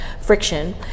friction